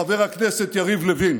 חבר הכנסת יריב לוין.